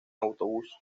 autobús